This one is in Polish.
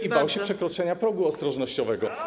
i bał się przekroczenia progu ostrożnościowego.